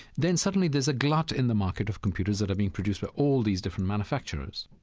then suddenly there's a glut in the market of computers that are being produced by all these different manufacturers.